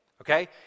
okay